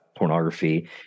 pornography